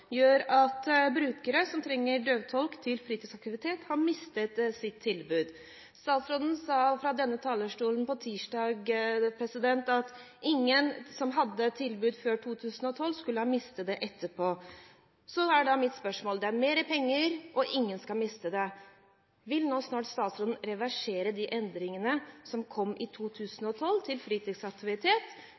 gjør at brukere som trenger døvetolk til fritidsaktivitet, har mistet tilbudet sitt. Statsråden sa fra denne talerstolen på tirsdag at ingen som hadde tilbud før 2012, skulle miste det etterpå. Da er mitt spørsmål følgende: Det er mer penger, og ingen skal miste det. Vil statsråden nå snart reversere de endringene som kom i 2012 når det gjelder fritidsaktivitet